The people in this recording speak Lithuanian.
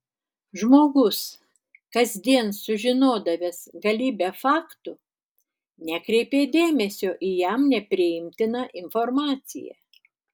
žmogus kasdien sužinodavęs galybę faktų nekreipė dėmesio į jam nepriimtiną informaciją